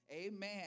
Amen